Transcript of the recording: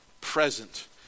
present